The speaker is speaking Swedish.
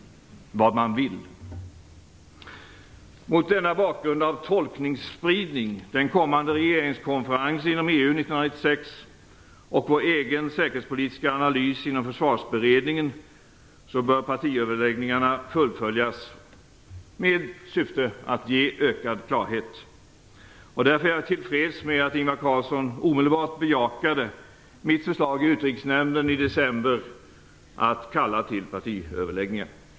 Mot denna bakgrund av tolkningsspridning, den kommande regeringskonferensen inom EU 1996 och vår egen säkerhetspolitiska analys inom försvarsberedningen bör partiöverläggningarna fullföljas i syfte att ge ökad klarhet. Därför är jag till freds med att Ingvar Carlsson omedelbart bejakade mitt förslag i Utrikesnämnden i december förra året att kalla till partiöverläggningar.